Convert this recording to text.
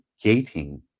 gating